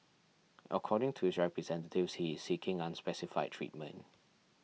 according to his representatives he is seeking unspecified treatment